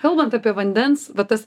kalbant apie vandens va tas